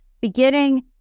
beginning